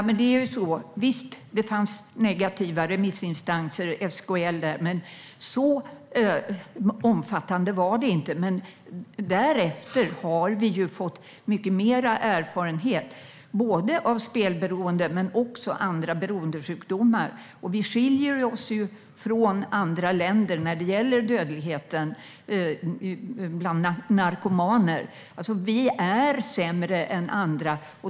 Fru talman! Visst fanns det negativa remissinstanser, som SKL, men särskilt omfattande var det inte. Därefter har vi dock fått mycket mer erfarenhet av både spelberoende och andra beroendesjukdomar. Vi skiljer oss från andra länder när det gäller dödligheten bland narkomaner. Vi är sämre än andra.